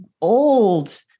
old-